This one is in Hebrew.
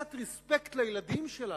קצת רספקט לילדים שלנו.